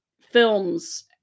films